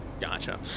Gotcha